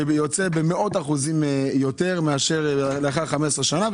שיוצא במאות אחוזים יותר לאחר 15 שנה,